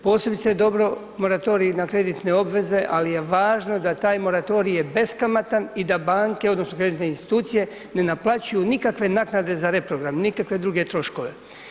Posebice je dobro moratorij na kreditne obveze, ali je važno da taj moratorij je beskamatan i da banke odnosno kreditne institucije ne naplaćuju nikakve naknade za reprogram, nikakve druge troškove.